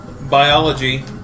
biology